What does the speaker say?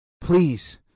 please